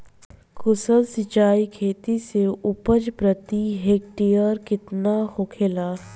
कुशल सिंचाई खेती से उपज प्रति हेक्टेयर केतना होखेला?